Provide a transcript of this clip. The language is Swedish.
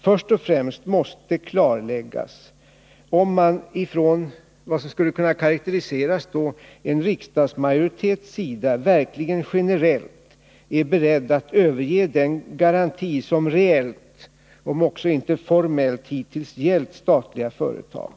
Först och främst måste det klarläggas om en riksdagsmajoritet verkligen är beredd att generellt överge den garanti som reellt om också inte formellt hittills har gällt för statliga företag.